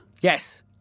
Yes